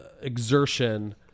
exertion